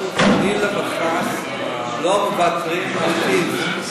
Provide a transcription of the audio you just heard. אנחנו חלילה וחס לא מוותרים על טיב.